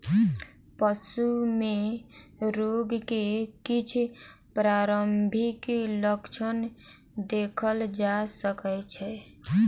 पशु में रोग के किछ प्रारंभिक लक्षण देखल जा सकै छै